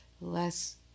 less